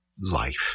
Life